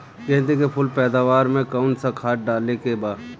गेदे के फूल पैदवार मे काउन् सा खाद डाले के बा?